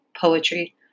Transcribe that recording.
poetry